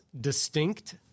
distinct